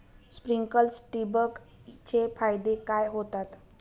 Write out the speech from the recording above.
Sprinklers ठिबक चे फायदे काय होतात?